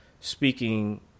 Speaking